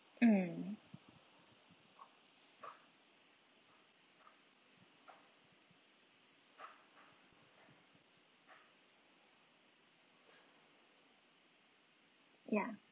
mm ya